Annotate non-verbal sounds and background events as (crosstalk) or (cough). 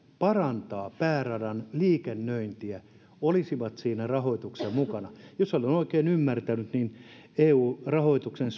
parantaa pääradan liikennöintiä olisi siinä rahoituksessa mukana jos olen oikein ymmärtänyt niin eu rahoituksen (unintelligible)